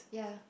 yeah